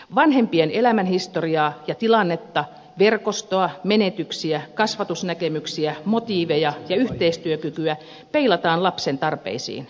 vanhempien elämänhistoriaa ja tilannetta verkostoa menetyksiä kasvatusnäkemyksiä motiiveja ja yhteistyökykyä peilataan lapsen tarpeisiin